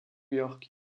york